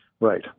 Right